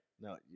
No